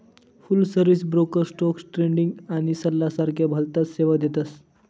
फुल service broker stock trading आणि सल्ला सारख्या भलताच सेवा देतस